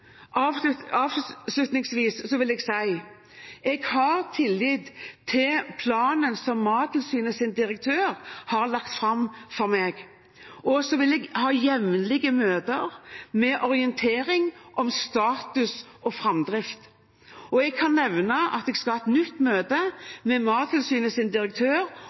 Avslutningsvis vil jeg si at jeg har tillit til den planen som Mattilsynets direktør har lagt fram for meg, og så vil jeg ha jevnlige møter med orientering om status og framdrift. Jeg kan nevne at jeg skal ha et nytt møte med Mattilsynets direktør